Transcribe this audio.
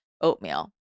oatmeal